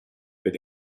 with